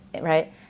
right